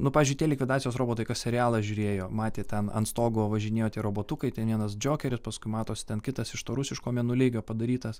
nu pavyzdžiui tie likvidacijos robotai kas serialą žiūrėjo matė ten ant stogo važinėjo tie robotukai ten vienas džokeris paskui matosi ten kitas iš to rusiško mėnuleigio padarytas